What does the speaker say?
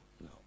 No